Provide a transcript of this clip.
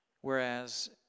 Whereas